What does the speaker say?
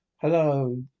Hello